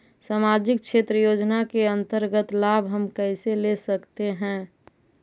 समाजिक क्षेत्र योजना के अंतर्गत लाभ हम कैसे ले सकतें हैं?